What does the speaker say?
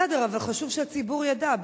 חשוב שהציבור ידע.